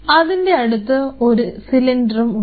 അതിൻറെ അടുത്ത് ഒരു സിലിണ്ടറും ഉണ്ട്